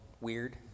weird